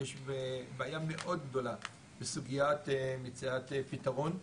ישנה בעיה מאוד בסוגיית מציאת פתרון.